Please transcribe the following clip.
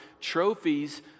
trophies